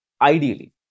Ideally